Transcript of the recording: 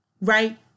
right